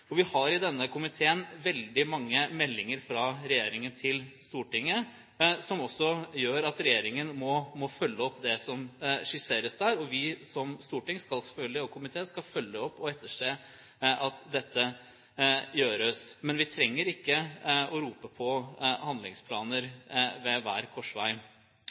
Vi har i denne komiteen veldig mange meldinger fra regjeringen til Stortinget som også gjør at regjeringen må følge opp det som skisseres der, og vi som storting og komité skal selvfølgelig følge opp og etterse at dette gjøres, men vi trenger ikke å rope på handlingsplaner ved hver korsvei.